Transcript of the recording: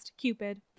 Cupid